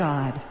God